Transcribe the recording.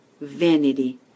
Vanity